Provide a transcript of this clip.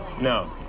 No